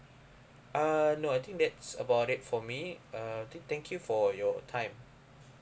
uh no I think that's about it for me uh thank you for your time